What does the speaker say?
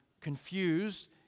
confused